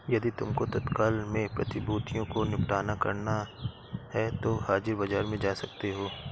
यदि तुमको तत्काल में प्रतिभूतियों को निपटान करना है तो हाजिर बाजार में जा सकते हो